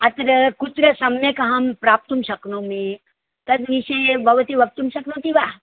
अत्र कुत्र सम्यक् अहं प्राप्तुं शक्नोमि तद्विषये भवती वक्तुं शक्नोति वा